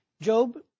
Job